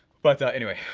but, anyways,